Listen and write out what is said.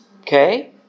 Okay